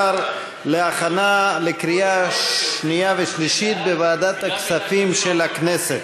להכנה לקריאה שנייה ושלישית בוועדת הכספים של הכנסת.